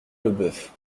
leboeuf